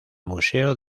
museo